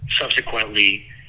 Subsequently